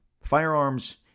firearms